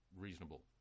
reasonable